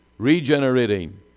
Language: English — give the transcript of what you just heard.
regenerating